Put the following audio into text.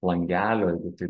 langelio jeigu taip